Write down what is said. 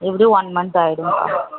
எப்படியும் one month ஆயிடும்பா